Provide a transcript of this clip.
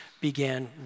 began